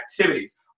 activities